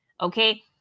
okay